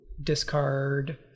discard